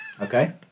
Okay